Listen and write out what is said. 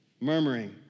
murmuring